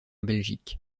belgique